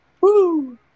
Woo